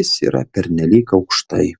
jis yra pernelyg aukštai